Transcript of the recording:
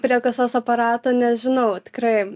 prie kasos aparato nežinau tikrai